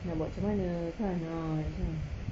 nak buat macam mana kan ah